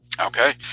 Okay